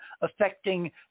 affecting